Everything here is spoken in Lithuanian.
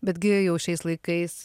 betgi jau šiais laikais